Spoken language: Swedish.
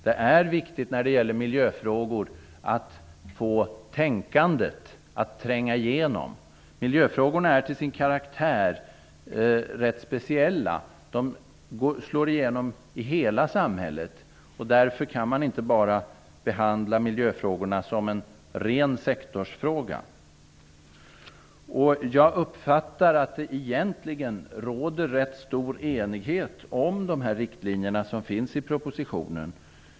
Det är viktigt när det gäller miljöfrågor att få miljötänkandet att tränga igenom. Miljöfrågorna är till sin karaktär rätt speciella. De slår igenom i hela samhället. Därför kan man inte bara behandla dem som en ren sektorsfråga. Jag tror att det egentligen råder rätt stor enighet om riktlinjerna i propositionen.